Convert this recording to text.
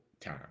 time